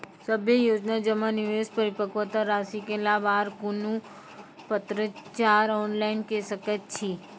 सभे योजना जमा, निवेश, परिपक्वता रासि के लाभ आर कुनू पत्राचार ऑनलाइन के सकैत छी?